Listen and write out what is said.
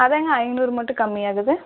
அது ஏங்க ஐந்நூறு மட்டும் கம்மியாகுது